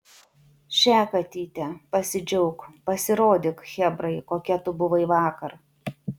še katyte pasidžiauk pasirodyk chebrai kokia tu buvai vakar